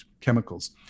chemicals